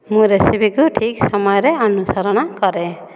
ମୁଁ ରେସିପି କୁ ଠିକ୍ ସମୟରେ ଅନୁସରଣ କରେ